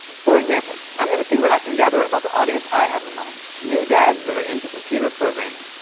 for example, i'm going to see what i can gather about the audience i have in mind new dads that are into computer programming.